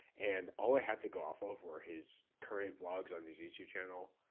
and all i had to go off of were his current vlogs on his youtube channel,